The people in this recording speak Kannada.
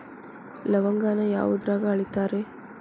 ಲವಂಗಾನ ಯಾವುದ್ರಾಗ ಅಳಿತಾರ್ ರೇ?